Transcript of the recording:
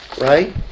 right